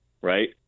right